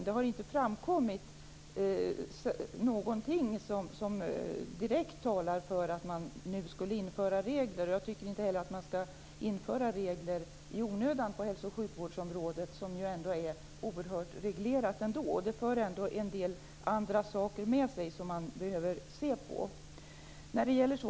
Det har inte framkommit någonting som direkt talar för att man nu skall införa regler, och jag tycker att man inte heller skall införa regler i onödan på hälsooch sjukvårdsområdet, som ju ändå är oerhört reglerat ändå. Det skulle ändå föra med sig en del andra saker som man skulle behöva se på.